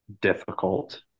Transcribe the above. difficult